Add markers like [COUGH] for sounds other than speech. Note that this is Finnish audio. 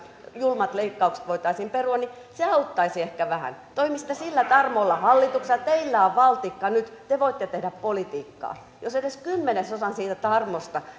julmat leikkaukset voitaisiin perua niin se auttaisi ehkä vähän toimisitte sillä tarmolla hallituksessa teillä on valtikka nyt te voitte tehdä politiikkaa jos edes kymmenesosan siitä tarmosta [UNINTELLIGIBLE]